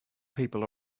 people